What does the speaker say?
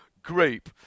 Group